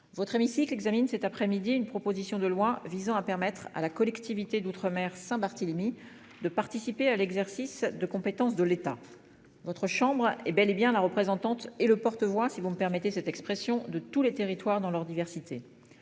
Votre hémicycle examine cet après-midi une proposition de loi visant à permettre à la collectivité d'outre-mer Saint-Barthélemy, de participer à l'exercice de compétence de l'État. Votre chambre est bel et bien la représentante et le porte-voix si vous me permettez cette expression de tous les territoires dans leur diversité.